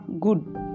good